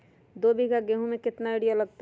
दो बीघा गेंहू में केतना यूरिया लगतै?